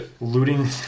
Looting